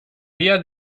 via